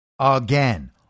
again